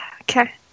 Okay